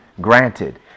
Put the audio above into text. granted